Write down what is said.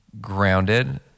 grounded